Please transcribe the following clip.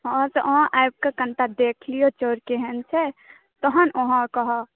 हॅं तऽ अहाँ आबिके कनिटा देख लिअ चाउर केहन छै तहन अहाँके हम